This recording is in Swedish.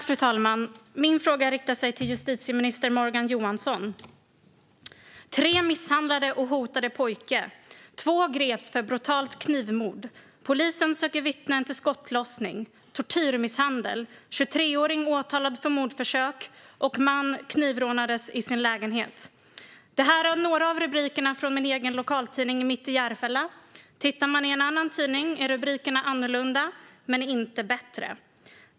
Fru talman! Min fråga riktar sig till justitieminister Morgan Johansson. Tre misshandlade och hotade pojke. Två greps för brutalt knivmord. Polisen söker vittnen till skottlossning. Tortyrmisshandel. 23-åring åtalad för mordförsök. Man knivrånades i sin lägenhet. Det här är några av rubrikerna i min lokaltidning Mitt i Järfälla. Tittar man i en annan tidning är rubrikerna annorlunda men inte bättre.